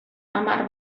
hamar